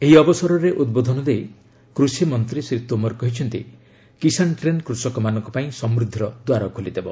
ଏହି ଅବସରରେ ଉଦ୍ବୋଧନ ଦେଇ କୃଷି ମନ୍ତ୍ରୀ ଶ୍ରୀ ତୋମର କହିଛନ୍ତି କିଶାନ୍ ଟ୍ରେନ୍ କୃଷକମାନଙ୍କ ପାଇଁ ସମୃଦ୍ଧିର ଦ୍ୱାର ଖୋଲିଦେବ